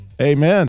Amen